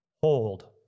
Hold